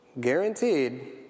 guaranteed